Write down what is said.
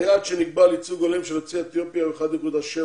היעד שנקבע לייצוג הולם של יוצאי אתיופיה הוא 1.7%,